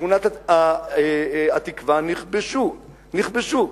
שכונת התקווה נכבשו, נכבשו.